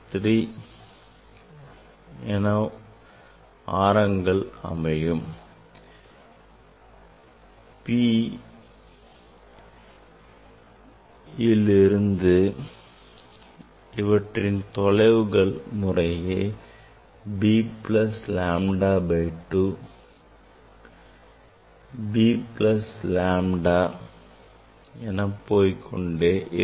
P லவ் இருந்து இவற்றின் தொலைவுகள் முறையே b plus lambda by 2 b plus lambda etcetera